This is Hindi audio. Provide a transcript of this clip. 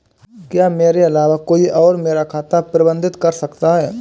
क्या मेरे अलावा कोई और मेरा खाता प्रबंधित कर सकता है?